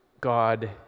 God